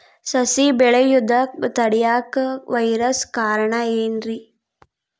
ಸಸಿ ಬೆಳೆಯುದ ತಡಿಯಾಕ ವೈರಸ್ ಕಾರಣ ಏನ್ರಿ?